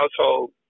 household